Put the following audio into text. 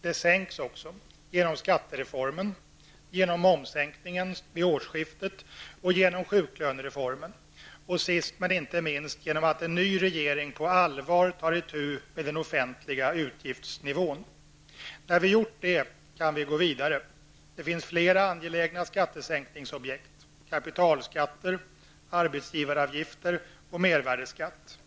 Det sänks också genom skattereformen, genom momssänkningen vid årsskiftet, genom sjuklönereformen och -- sist men inte minst -- genom att en ny regering på allvar tar itu med den offentliga utgiftsnivån. När det är gjort, kan vi gå vidare. Det finns flera angelägna skattesänkningsobjekt: kapitalskatter, arbetsgivaravgifter och mervärdesskatt.